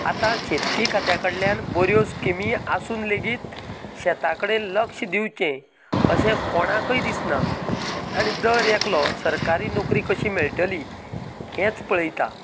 आता शेतकी खात्या कडल्यान बऱ्यो स्किमी आसून लेगीत शेता कडेन लक्ष दिवचें अशें कोणाकय दिसना आनी दर एकलो सरकारी नोकरी कशीं मेळटली हेच पळयता